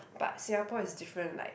but Singapore is different like